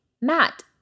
Matt